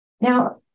Now